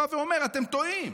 בא ואומר: אתם טועים,